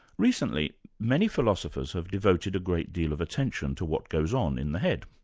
recently many philosophers have devoted a great deal of attention to what goes on in the head.